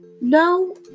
No